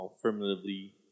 affirmatively